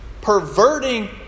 perverting